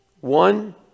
One